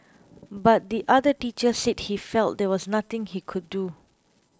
but the other teacher said he felt there was nothing he could do